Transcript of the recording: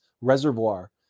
reservoir